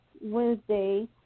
Wednesday